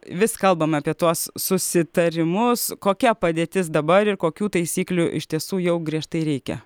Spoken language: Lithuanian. vis kalbam apie tuos susitarimus kokia padėtis dabar ir kokių taisyklių iš tiesų jau griežtai reikia